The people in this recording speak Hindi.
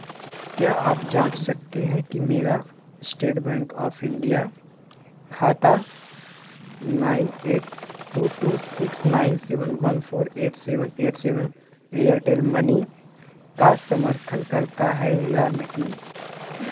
क्या आप जाँच सकते हैं कि मेरा स्टेट बैंक ऑफ़ इंडिया खाता nine eight two two six nine seven one four eight seven eight seven Airtel money का समर्थन करता है या नहीं